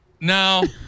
No